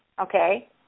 okay